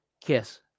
kiss